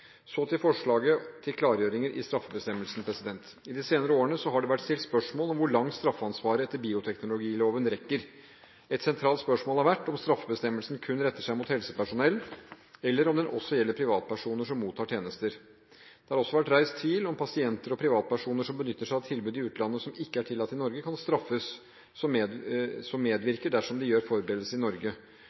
Så til forslaget til klargjøringer i straffebestemmelsen. I de senere årene har det vært stilt spørsmål om hvor langt straffansvaret etter bioteknologiloven rekker. Et sentralt spørsmål har vært om straffebestemmelsen kun retter seg mot helsepersonell, eller om den også gjelder privatpersoner som mottar tjenester. Det har også vært reist tvil om pasienter og privatpersoner som benytter seg av tilbud i utlandet som ikke er tillatt i Norge, kan straffes som medvirker dersom de gjør forberedelser i Norge.